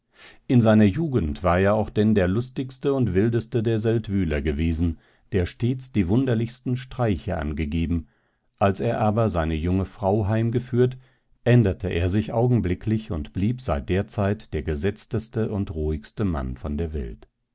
in seiner jugend war er denn auch der lustigste und wildeste der seldwyler gewesen der stets die wunderlichsten streiche angegeben als er aber seine junge frau heimgeführt änderte er sich augenblicklich und blieb seit der zeit der gesetzteste und ruhigste mann von der welt